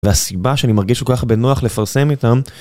והסיבה שאני מרגיש כל כך בנוח לפרסם איתם